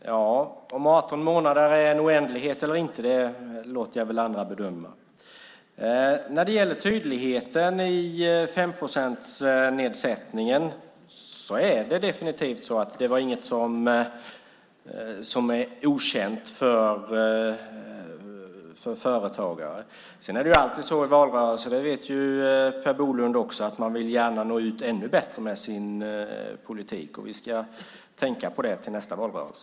Fru talman! Om 18 månader är en oändlighet eller inte låter jag andra bedöma. När det gäller tydligheten i 5-procentsnedsättningen är det definitivt så att detta inte var någonting okänt för företagare. Sedan är det alltid så i valrörelser att man gärna vill nå ut ännu bättre med sin politik. Det vet Per Bolund också. Vi ska tänka på det till nästa valrörelse.